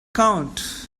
count